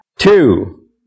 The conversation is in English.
Two